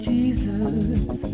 Jesus